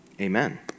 Amen